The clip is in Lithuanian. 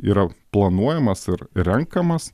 yra planuojamas ir renkamas